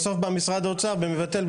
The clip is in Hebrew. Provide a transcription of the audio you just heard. בסוף בא משרד האוצר ומבטל.